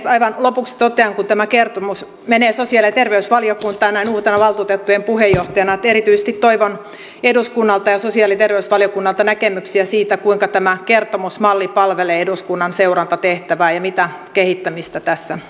aivan lopuksi totean näin uutena valtuutettujen puheenjohtajana että kun tämä kertomus menee sosiaali ja terveysvaliokuntaan erityisesti toivon eduskunnalta ja sosiaali ja terveysvaliokunnalta näkemyksiä siitä kuinka tämä kertomusmalli palvelee eduskunnan seurantatehtävää ja mitä kehittämistä tässä on